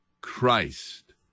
Christ